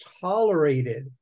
tolerated